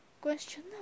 Question